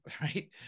Right